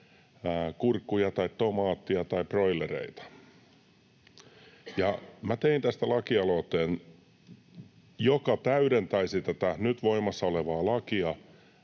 kurkkuja tai tomaatteja tai broilereita. Minä tein tästä lakialoitteen, joka täydentäisi tätä nyt voimassa olevaa lakia